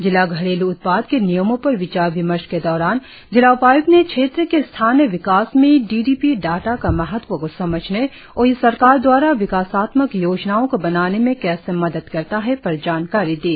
जिला घरेलू उत्पाद के नियमों पर विचार विमर्श के दौरान जिला उपाय्क्त ने क्षेत्र के स्थानीय विकास में डी डी पी डाटा के महत्व को समझने और यह सरकार दवारा विकासात्मक योजनाओं को बनाने में कैसे मदद करता है पर जानकारी दी